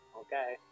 Okay